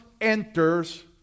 enters